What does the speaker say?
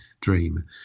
dream